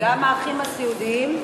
גם האחים הסיעודיים?